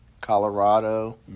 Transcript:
Colorado